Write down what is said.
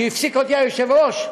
כי הפסיק אותי היושב-ראש,